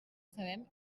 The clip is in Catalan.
sabem